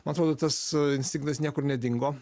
man atrodo tas instinktas niekur nedingo